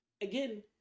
again